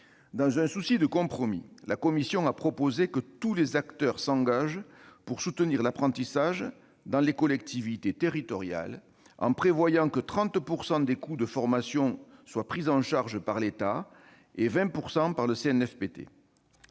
Dans un souci de compromis, la commission a proposé que tous les acteurs s'engagent pour soutenir l'apprentissage dans les collectivités territoriales en prévoyant que 30 % des coûts de formation soient pris en charge par l'État et 20 % par le CNFPT.